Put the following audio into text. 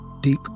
Deep